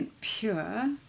pure